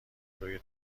روی